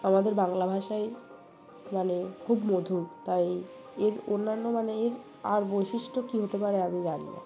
আমাদের বাংলা ভাষায় মানে খুব মধুর তাই এর অন্যান্য মানে এর আর বৈশিষ্ট্য কী হতে পারে আমি জানি না